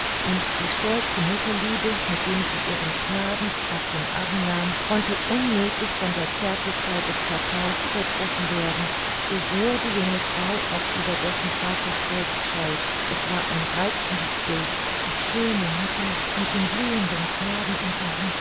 und die stolze mutterliebe mit dem sie ihren knaben auf den arm nahm konnte unmöglich von der zärtlichkeit des papa's übertroffen werden so sehr die junge frau auch über dessen vaterstolz schalt es war ein reizendes bild die schöne mutter mit dem blühenden knaben im arm